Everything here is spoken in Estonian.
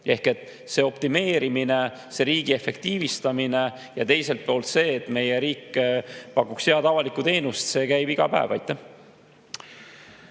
Ehk siis see optimeerimine, riigi efektiivistamine ja teiselt poolt see, et meie riik pakuks head avalikku teenust, käib iga päev.